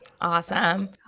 Awesome